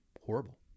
horrible